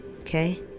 okay